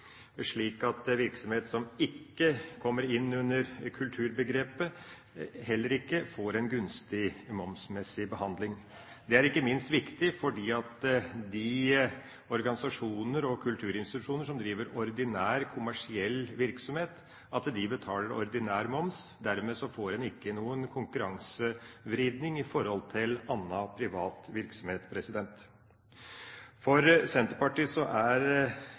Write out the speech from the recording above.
slik at virksomheter som ikke kommer innunder kulturbegrepet, heller ikke får en gunstig behandling momsmessig. Det er ikke minst viktig at de organisasjoner og kulturinstitusjoner som driver ordinær kommersiell virksomhet, betaler ordinær moms. Dermed får en ikke noen konkurransevridning i forhold til annen privat virksomhet. For Senterpartiet er